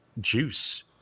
juice